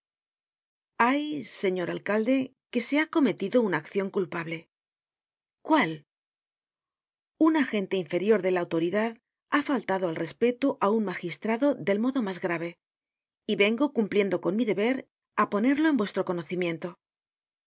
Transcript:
hay señor alcalde que se ha cometido una accion culpable cuál un agente inferior de la autoridad ha faltado al respeto á un magistrado del modo mas grave y vengo cumpliendo con mi deber á ponerlo en vuestro conocimiento